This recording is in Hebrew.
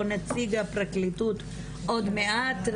או נציג הפרקליטות עוד מעט,